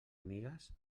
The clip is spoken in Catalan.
amigues